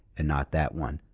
and not that one.